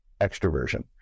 extroversion